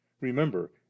Remember